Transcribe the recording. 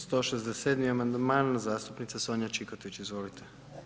166. amandman zastupnice Sonje Čikotić, izvolite.